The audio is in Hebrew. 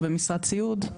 במשרת סיעוד,